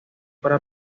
para